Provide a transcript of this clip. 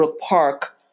Park